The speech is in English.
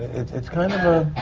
it's kind of a.